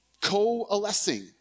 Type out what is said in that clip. coalescing